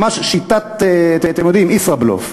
ממש שיטת, אתם יודעים, ישראבלוף,